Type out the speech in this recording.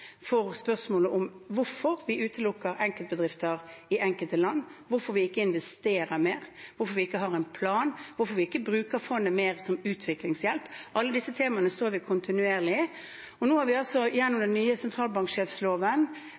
spørsmålet om hvorfor vi utelukker enkeltbedrifter i enkelte land, hvorfor vi ikke investerer mer, hvorfor vi ikke har en plan, hvorfor vi ikke bruker fondet mer som utviklingshjelp. Alle disse temaene står vi kontinuerlig i. Nå har vi altså gjennom den nye